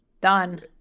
Done